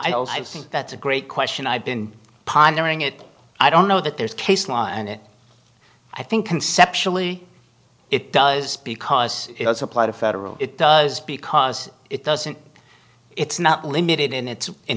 seen that's a great question i've been pondering it i don't know that there's case law and i think conceptually it does because it does apply to federal it does because it doesn't it's not limited in its in